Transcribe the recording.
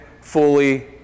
fully